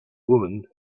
woman